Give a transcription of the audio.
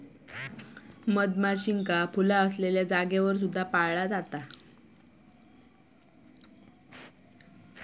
मधमाशींका फुला असलेल्या जागेवर सुद्धा पाळला जाता